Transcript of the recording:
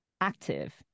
active